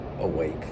awake